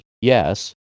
Yes